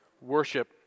worship